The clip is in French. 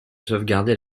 sauvegarder